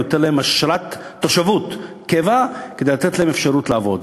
אני נותן להם אשרת תושבות קבע כדי לתת להם אפשרות לעבוד,